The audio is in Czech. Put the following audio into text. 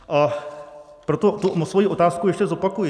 A proto svoji otázku ještě zopakuji.